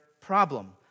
problem